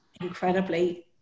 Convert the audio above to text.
incredibly